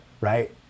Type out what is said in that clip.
right